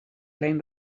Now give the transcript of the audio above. playing